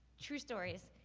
true stories,